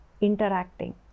interacting